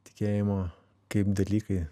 tikėjimo kaip dalykai